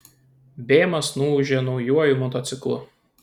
bėmas nuūžė naujuoju motociklu